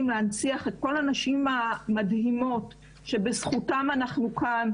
להנציח את כל הנשים המדהימות שבזכותן אנחנו כאן,